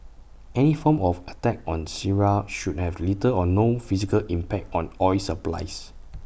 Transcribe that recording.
any form of attack on Syria should have little or no physical impact on oil supplies